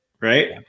right